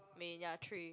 main ya three